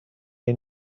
این